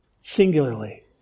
Singularly